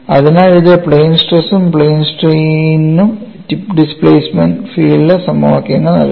അതിനാൽ ഇത് പ്ലെയിൻ സ്ട്രെസ്നും പ്ലെയിൻ സ്ട്രെയിനിനും ടിപ്പ് ഡിസ്പ്ലേസ്മെന്റ് ഫീൽഡ് സമവാക്യങ്ങൾ നൽകുന്നു